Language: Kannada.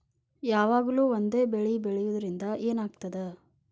ಯಾವಾಗ್ಲೂ ಒಂದೇ ಬೆಳಿ ಬೆಳೆಯುವುದರಿಂದ ಏನ್ ಆಗ್ತದ?